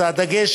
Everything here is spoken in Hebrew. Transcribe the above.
אז הדגש,